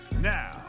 Now